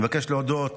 אני מבקש להודות